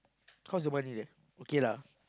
how's the money there okay lah